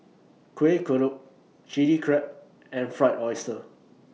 Kueh Kodok Chili Crab and Fried Oyster